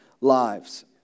lives